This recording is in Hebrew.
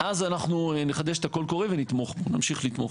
אז אנחנו נחדש את הקול קורא ונמשיך לתמוך.